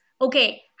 okay